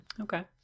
Okay